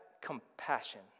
Compassion